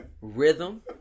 rhythm